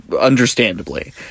Understandably